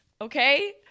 okay